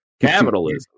capitalism